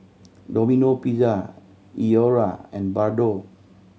Domino Pizza Iora and Bardot